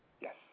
Yes